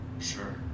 Sure